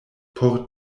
por